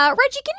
um reggie,